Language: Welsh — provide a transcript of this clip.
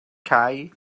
cau